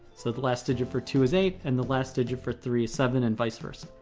so the last digit for two is eight, and the last digit for three is seven and vice versa.